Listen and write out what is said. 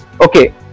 Okay